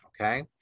Okay